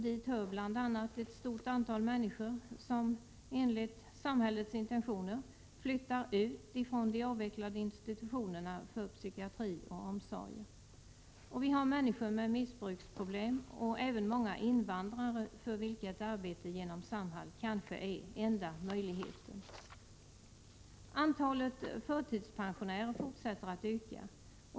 Dit hör bl.a. ett stort antal människor som, enligt samhällets intentioner, flyttar ut från de avvecklade institutionerna inom psykiatri och omsorgsvård. Vi har människor med missbruksproblem och även många invandrare, för vilka ett arbete genom Samhall kanske är enda möjligheten. Antalet förtidspensionärer fortsätter att öka.